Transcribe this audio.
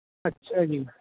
ਅੱਛਾ ਜੀ